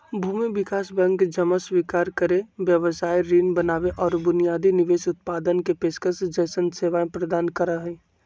भूमि विकास बैंक जमा स्वीकार करे, व्यवसाय ऋण बनावे और बुनियादी निवेश उत्पादन के पेशकश जैसन सेवाएं प्रदान करा हई